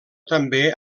també